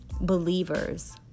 believers